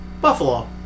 Buffalo